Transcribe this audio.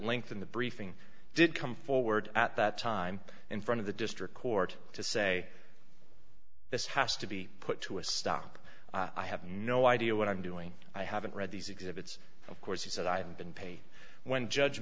in the briefing did come forward at that time in front of the district court to say this has to be put to a stop i have no idea what i'm doing i haven't read these exhibits of course he said i've been paid when judge